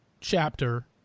chapter